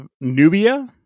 Nubia